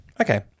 Okay